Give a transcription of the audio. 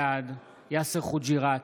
בעד יאסר חוג'יראת,